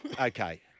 Okay